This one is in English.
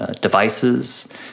Devices